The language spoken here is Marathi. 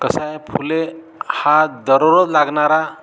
कसं आहे फुले हा दररोज लागणारा